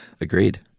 Agreed